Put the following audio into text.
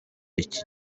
iki